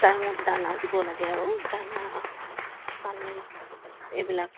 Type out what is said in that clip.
টাইমত দানা দিব লাগে আৰু দানা পানী এইবিলাক